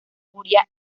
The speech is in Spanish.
nuria